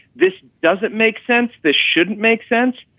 this doesn't make sense. this shouldn't make sense.